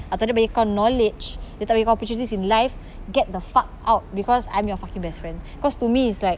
atau dia bagi kau knowledge dia tak bagi kau opportunities in life get the fuck out because I'm your fucking best friend cause to me is like